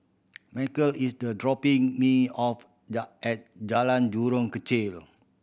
Markel is the dropping me off the at Jalan Jurong Kechil